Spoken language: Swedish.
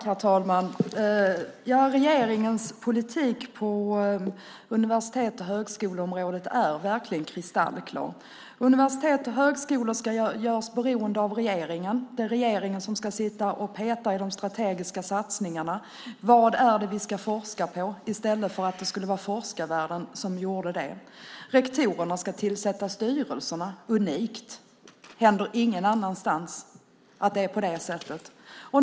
Herr talman! Regeringens politik på universitets och högskoleområdet är verkligen kristallklar. Universitet och högskolor ska göras beroende av regeringen. Det är regeringen som ska peta i de strategiska satsningarna, vad som ska forskas om, i stället för att forskarvärlden ska göra det. Rektorerna ska tillsätta styrelserna. Det är unikt. Det händer ingen annanstans.